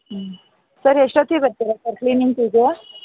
ಹ್ಞೂ ಸರ್ ಎಷ್ಟೊತ್ತಿಗೆ ಬರ್ತೀರ ಸರ್ ಕ್ಲೀನಿಕ್ಕಿಗೆ